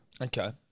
Okay